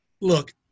Look